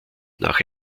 nach